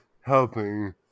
helping